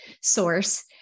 source